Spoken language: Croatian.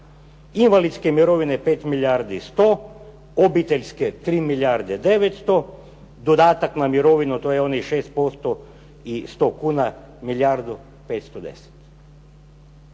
Invalidske mirovine 5 milijardi i 100, obiteljske 3 milijarde 900, dodatak na mirovnu to je onih 6% i 100 kuna milijardu 510.